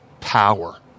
power